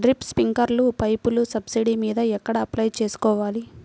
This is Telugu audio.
డ్రిప్, స్ప్రింకర్లు పైపులు సబ్సిడీ మీద ఎక్కడ అప్లై చేసుకోవాలి?